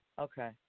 Okay